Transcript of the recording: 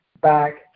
back